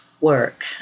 work